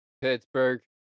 Pittsburgh